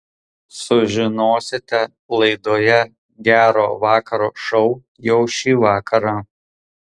sužinosite laidoje gero vakaro šou jau šį vakarą